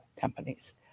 companies